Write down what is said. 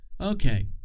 Okay